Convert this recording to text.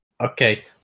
Okay